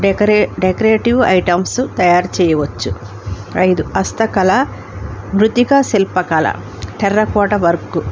decorative items తయారు చేయవచ్చు ఐదు హస్తకళ మృతిక శిల్పకళ టెర్రకోట వర్క్